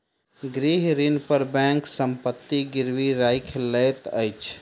गृह ऋण पर बैंक संपत्ति गिरवी राइख लैत अछि